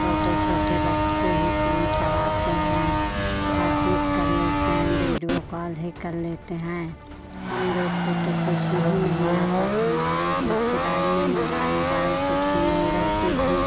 छोटे छोटे बच्चे ही फोन चलाते हैं हर चीज़ कर लेते हैं वीडियो कॉल ही कर लेते हैं हम लोग को तो कुछ ही नहीं आता था हमारे लोग के राज में मोबाइल उबाइल कुछ ही नहीं रहता था